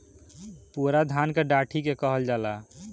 पुअरा धान के डाठी के कहल जाला